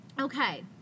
Okay